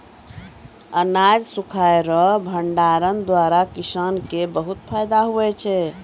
अनाज सुखाय रो भंडारण द्वारा किसान के बहुत फैदा हुवै छै